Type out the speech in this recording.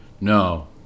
No